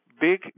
big